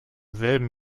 selben